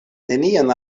nenian